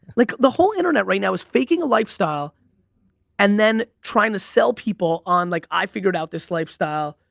like the whole internet right now is faking a lifestyle and then trying to sell people on like i figured out this lifestyle,